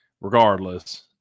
regardless